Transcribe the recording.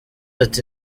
ati